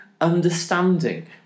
understanding